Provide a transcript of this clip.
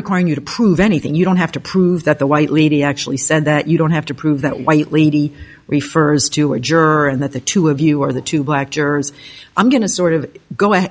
requiring you to prove anything you don't have to prove that the white lady actually said that you don't have to prove that white lady refers to a juror and that the two of you are the two black jurors i'm going to sort of go if